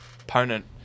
opponent